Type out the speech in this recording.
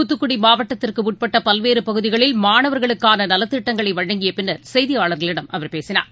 தூத்துக்குடி மாவட்டத்திற்குட்பட்ட பல்வேறு பகுதிகளில் மாணவர்களுக்கான நலத்திட்டங்களை வழங்கிய பின்னர் செய்தியாளர்களிடம் அவர் பேசினார்